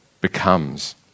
becomes